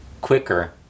quicker